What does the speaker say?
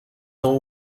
dans